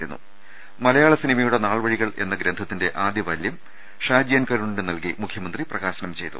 മലയാള സിനിമയുടെ നാൾവഴികൾ എന്ന ഗ്രന്ഥത്തിന്റെ ആദ്യ വാല്യം ഷാജി എൻ കരുണിന് നൽകി മുഖ്യമന്ത്രി പ്രകാശനം ചെയ്തു